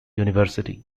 university